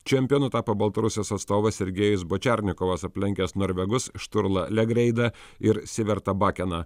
čempionu tapo baltarusijos atstovas sergejus bačernikovas aplenkęs norvegus šturlą legreidą ir sivertą bakeną